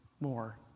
more